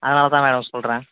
அதனால் தான் மேடம் சொல்கிறேன்